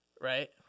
Right